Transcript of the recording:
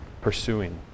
pursuing